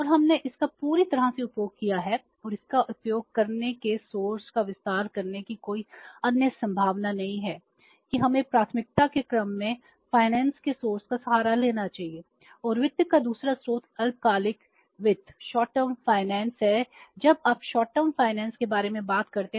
और हमने इसका पूरी तरह से उपयोग किया है और इसका उपयोग करने के स्रोत है